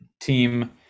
team